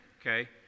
okay